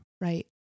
Right